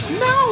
no